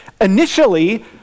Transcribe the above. initially